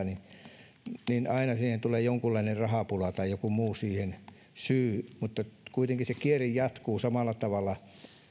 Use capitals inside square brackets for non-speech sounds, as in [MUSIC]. [UNINTELLIGIBLE] niin aina tulee jonkunlainen rahapula tai joku muu syy siihen mutta kuitenkin se kierre jatkuu samalla tavalla